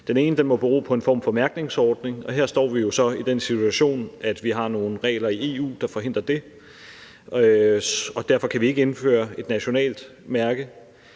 Den ene må bero på en form for mærkningsordning, og her står vi jo så i den situation, at vi har nogle regler i EU, der forhindrer det, og derfor kan vi ikke indføre et nationalt mærke.